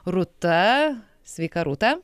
rūta sveika rūta